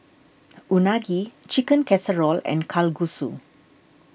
Unagi Chicken Casserole and Kalguksu